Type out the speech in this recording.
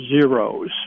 zeros